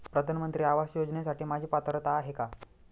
प्रधानमंत्री आवास योजनेसाठी माझी पात्रता आहे का?